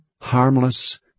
harmless